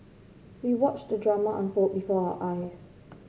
we watched the drama unfold before our eyes